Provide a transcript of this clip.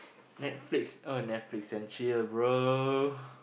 Netflix oh Netflix and chill bro